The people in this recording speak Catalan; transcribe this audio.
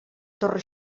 torre